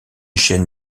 chaîne